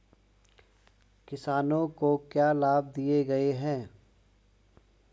किसानों को क्या लाभ दिए गए हैं?